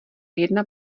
jedna